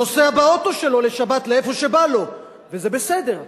נוסע באוטו שלו בשבת לאן שבא לו, וזה בסדר,